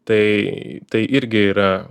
tai tai irgi yra